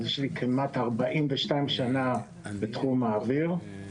אז יש לי כמעט 42 שנה בתחום האוויר.